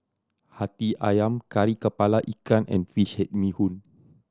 Hati Ayam Kari Kepala Ikan and fish head bee hoon